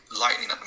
lightning